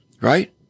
right